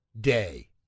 Day